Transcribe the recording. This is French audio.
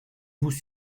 vous